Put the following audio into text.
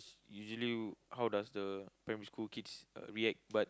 usually how does the primary school kids uh react but